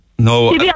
No